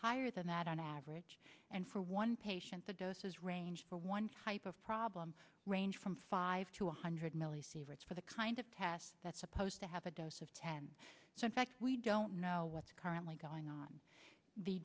higher than that on average and for one patient the doses range for one type of problem range from five to one hundred millisieverts for the kind of test that's supposed to have a dose of ten so in fact we don't know what's currently going on the